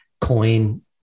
coin